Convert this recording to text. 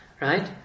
right